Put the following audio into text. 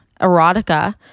erotica